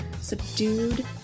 subdued